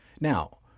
Now